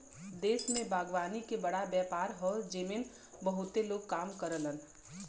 देश में बागवानी के बड़ा व्यापार हौ जेमन बहुते लोग काम करलन